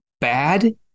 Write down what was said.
bad